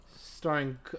Starring